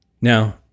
Now